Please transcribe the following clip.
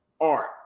Art